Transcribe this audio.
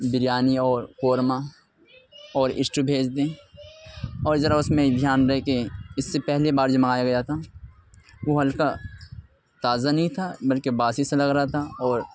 بریانی اور قورمہ اور اسٹو بھیج دیں اور ذرا اس میں دھیان رہے کہ اس سے پہلی بار جب منگایا گیا تھا وہ ہلکا تازہ نہیں تھا بلکہ باسی سا لگ رہا تھا اور